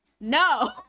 no